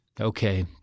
Okay